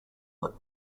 but